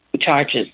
charges